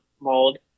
mold